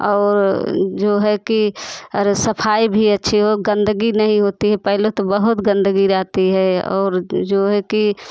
और जो है कि सफाई भी अच्छी हो गंदगी नहीं होती है पहले तो बहुत गंदगी जाती है और जो है कि